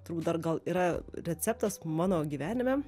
turbūt dar gal yra receptas mano gyvenime